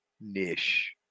niche